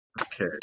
Okay